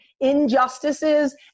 injustices